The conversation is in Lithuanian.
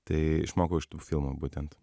tai išmokau iš tų filmų būtent